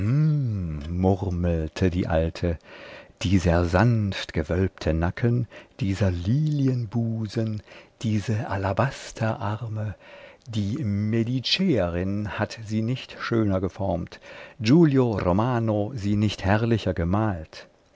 murmelte die alte dieser sanft gewölbte nacken dieser lilienbusen diese alabasterarme die mediceerin hat sie nicht schöner geformt giulio romano sie nicht herrlicher gemalt